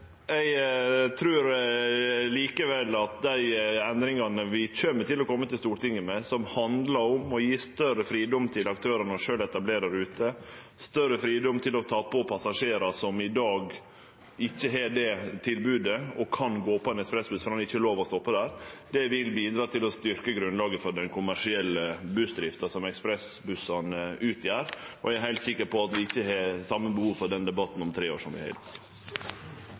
kjem til å kome til Stortinget med, som handlar om å gje større fridom til aktørane til sjølve å etablere ruter, større fridom til å ta på passasjerar som i dag ikkje har det tilbodet og ikkje kan gå på ein ekspressbuss, fordi han ikkje har lov til å stoppe der, vil bidra til å styrkje grunnlaget for den kommersielle bussdrifta som ekspressbussane utgjer. Eg er heilt sikker på at vi ikkje kjem til å ha det same behovet for denne debatten om tre år som vi har i